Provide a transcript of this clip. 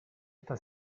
esta